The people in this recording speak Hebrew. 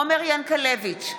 ינקלביץ'